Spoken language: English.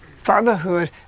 Fatherhood